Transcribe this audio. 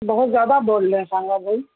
بہت زیادہ آپ بول رہے ہیں شاہ نواز بھائی